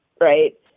right